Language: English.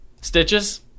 Stitches